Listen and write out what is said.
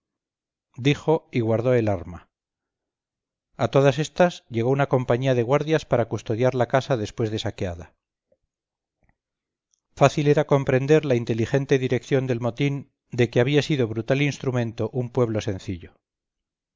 dijo y guardó el arma a todas estas llegó una compañía de guardias para custodiar la casa después de saqueada fácil era comprender la inteligente dirección del motín de que había sido brutal instrumento un pueblo sencillo